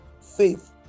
faith